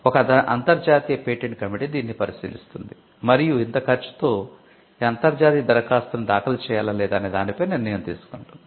ఒక అంతర్జాతీయ patent committee దీనిని పరిశీలిస్తుంది మరియు ఇంత ఖర్చుతో ఈ అంతర్జాతీయ దరఖాస్తును దాఖలు చేయాలా లేదా అనే దానిపై నిర్ణయం తీసుకుంటుంది